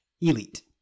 Elite